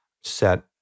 set